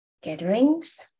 gatherings